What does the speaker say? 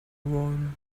want